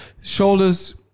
shoulders